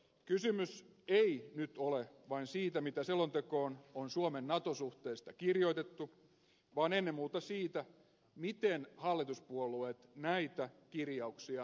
kysymys ei nyt ole vain siitä mitä selontekoon on suomen nato suhteesta kirjoitettu vaan ennen muuta siitä miten hallituspuolueet näitä kirjauksia tulkitsevat